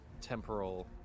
temporal